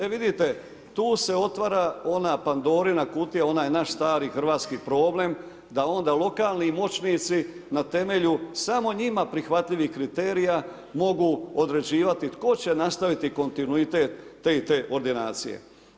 E vidite, tu se otvara ona pandorina kutija, onaj naš stari hrvatski problem, da onda lokalni moćnici, na temelju samo njima prihvatljivih kriterija mogu određivati tko će nastaviti kontinuitet te i te ordinacije.